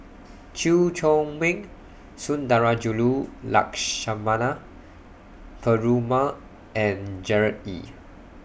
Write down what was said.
Chew Chor Meng Sundarajulu Lakshmana Perumal and Gerard Ee